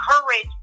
courage